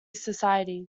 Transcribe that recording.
society